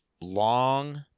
long